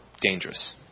dangerous